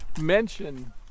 mention